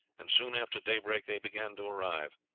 and soon after daybreak they began to arrive.